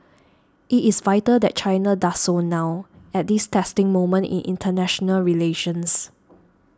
it is vital that China does so now at this testing moment in international relations